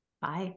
Bye